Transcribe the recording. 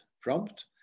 prompt